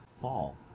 fall